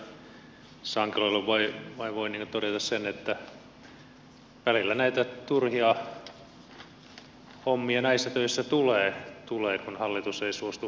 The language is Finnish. ensinnäkin edustaja sankelolle voi vain niin kuin todeta sen että välillä näitä turhia hommia näissä töissä tulee kun hallitus ei suostu järkeviin ratkaisuihin